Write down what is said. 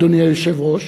אדוני היושב-ראש,